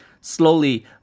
slowly